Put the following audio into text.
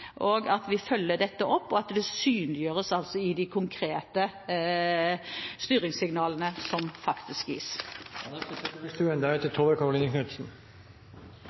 at vi følger dette opp, og at det synliggjøres i de konkrete styringssignalene som faktisk gis.